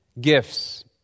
gifts